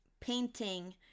painting